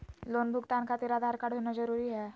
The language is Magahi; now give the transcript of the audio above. लोन भुगतान खातिर आधार कार्ड होना जरूरी है?